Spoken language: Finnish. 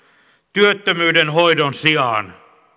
työttömyyden hoidon sijaan